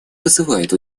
вызывает